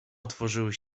otworzyły